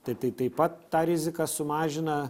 tai taip pat tą riziką sumažina